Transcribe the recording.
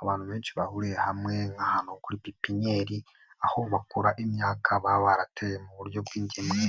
Abantu benshi bahuriye hamwe nk'ahantu kuri pipinieri, aho bakura imyaka baba barateye mu buryo bw'ingemwe,